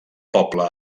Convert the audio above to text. poble